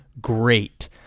great